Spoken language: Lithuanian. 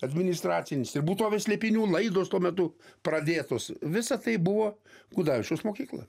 administracinis ir būtovės slėpinių laidos tuo metu pradėtos visa tai buvo gudavičiaus mokykla